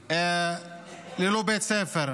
אפרופו,